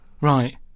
Right